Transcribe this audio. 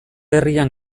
herrian